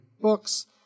books